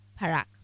Parak